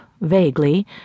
vaguely